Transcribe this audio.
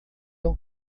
ele